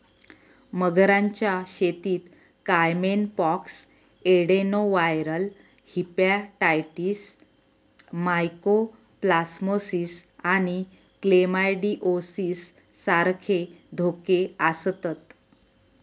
मगरांच्या शेतीत caiman pox, adenoviral hepatitis, mycoplasmosis आणि क्लेमायडिओसिस सारखे धोके आसतत